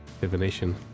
divination